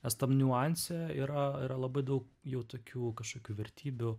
nes tam niuanse yra yra labai daug jau tokių kažkokių vertybių